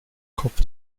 kopf